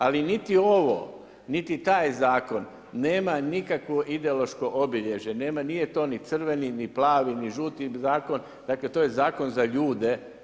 Ali niti ovo, niti taj zakon nema nikakvo ideološko obilježje, nije to ni crveni, ni plavi ni žuti zakon, dakle to je zakon za ljude.